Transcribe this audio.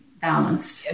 balanced